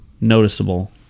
noticeable